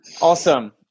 Awesome